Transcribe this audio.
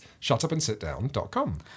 shutupandsitdown.com